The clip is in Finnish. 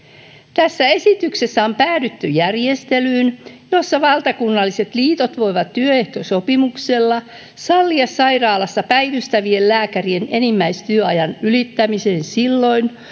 tässä esityksessä on päädytty järjestelyyn jossa valtakunnalliset liitot voivat työehtosopimuksella sallia sairaalassa päivystävien lääkärien enimmäistyöajan ylittämisen silloin